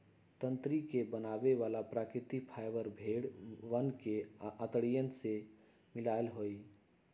तंत्री के बनावे वाला प्राकृतिक फाइबर भेड़ वन के अंतड़ियन से मिला हई